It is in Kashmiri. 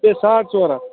یہِ پے ساڑ ژور ہَتھ